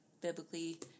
biblically